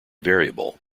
variable